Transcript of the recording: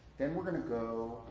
then we're going to go,